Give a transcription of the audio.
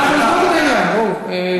כל עוד לא הוחלט אחרת, ב-16:00 צריך לסיים.